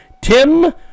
Tim